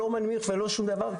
לא מנמיך ולא שום דבר,